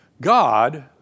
God